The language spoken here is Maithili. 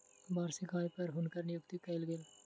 वार्षिक आय पर हुनकर नियुक्ति कयल गेल